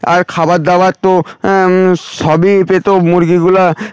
আর খাবার দাবার তো সবই পেত মুরগিগুলা